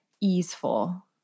easeful